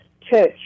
Church